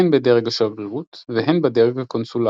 הן בדרג השגרירות והן בדרג הקונסולרי.